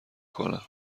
کنم